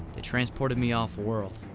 they transported me off world.